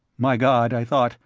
my god, i thought,